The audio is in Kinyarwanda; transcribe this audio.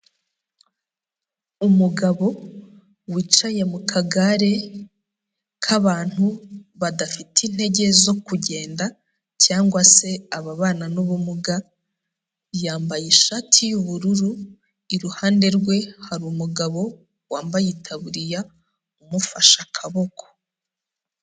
Umugabo wicaye mu kagare k'abantu badafite intege zo kugenda cyangwa se ababana n'ubumuga, yambaye ishati y'ubururu, iruhande rwe hari umugabo wambaye itaburiya umufashe akaboko.